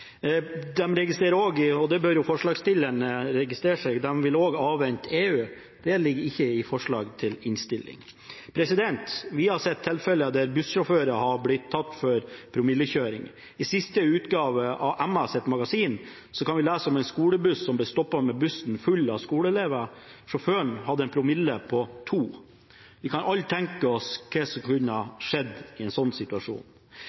det bør forslagsstillerne registrere – avvente EU. Det ligger ikke i forslaget til innstilling. Vi har sett tilfeller der bussjåfører har blitt tatt for promillekjøring. I siste utgave av MAs magasin kan vi lese om en skolebuss som ble stoppet med bussen full av skoleelever, der sjåføren hadde en promille på 2. Vi kan alle tenke oss hva som kunne ha skjedd i en slik situasjon.